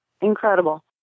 incredible